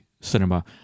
cinema